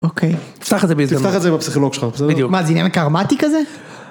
אוקיי. תפתח את זה באיזה. תפתח את זה בפסיכולוג שלך. בדיוק. מה זה עניין קארמתי כזה?